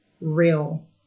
real